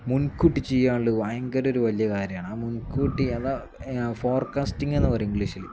മുൻകൂട്ടി ചെയ്യാനുള്ള ഭയങ്കര ഒരു വലിയ കാര്യമാണ് ആ മുൻകൂട്ടി അതാ ഫോർകാസ്റ്റിങ് എന്ന് പറയും ഇംഗ്ലീഷിൽ